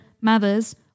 mothers